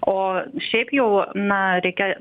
o šiaip jau na reikia